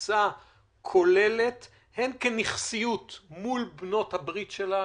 כתפיסה כוללת, הן כנכסיות מול בנות הברית שלנו,